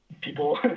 people